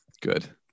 good